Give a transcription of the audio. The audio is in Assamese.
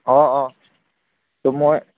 অঁ অঁ ত' মই